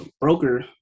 broker